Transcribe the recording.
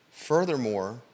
Furthermore